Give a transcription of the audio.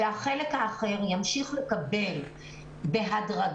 והחלק האחרון ימשיך לקבל בהדרגה.